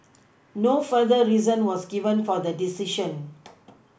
no further reason was given for the decision